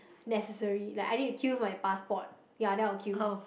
necessary like I need to queue for my passport ya then I will queue